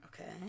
Okay